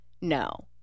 no